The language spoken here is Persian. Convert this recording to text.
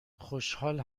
خوشحال